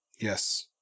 Yes